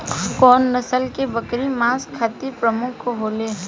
कउन नस्ल के बकरी मांस खातिर प्रमुख होले?